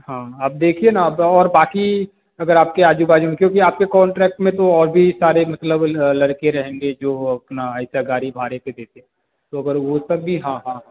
हाँ आप देखिए ना अब और बाक़ी अगर आपके आज़ू बाज़ू में क्योंकि आपके कांटेक्ट में तो और भी सारे मतलब लड़के रहेंगे जो अपना ऐसी गाड़ी भाड़े पर देते तो अगर वो सब भी हाँ हाँ हाँ